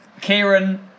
Kieran